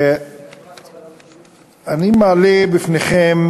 אני מעלה בפניכם